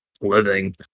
living